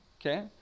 Okay